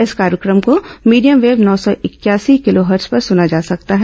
इस कार्यक्रम को मीडियम वेव नौ सौ इकयासी किलोहर्ट्ज पर सुना जा सकता है